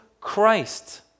Christ